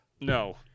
No